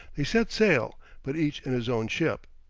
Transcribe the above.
they set sail, but each in his own ship.